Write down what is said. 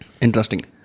Interesting